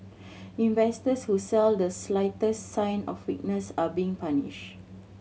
investors who sell the slightest sign of weakness are being punished